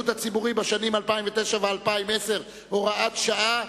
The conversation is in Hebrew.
בשירות הציבורי בשנים 2009 ו-2010 (הוראת שעה),